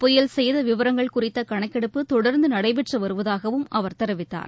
புயல்சேத விவரங்கள் குறித்த கணக்கெடுப்பு தொடர்ந்து நடைபெற்று வருவதாகவும் அவர் தெரிவித்தார்